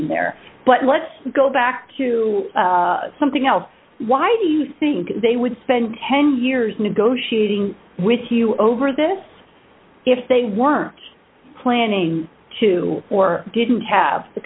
there but let's go back to something else why do you think they would spend ten years negotiating with you over this if they weren't planning to or didn't have the